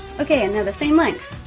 okay. and they're the same length.